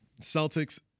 Celtics